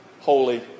holy